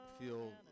feel